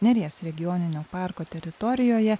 neries regioninio parko teritorijoje